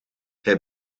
hij